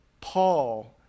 Paul